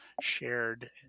shared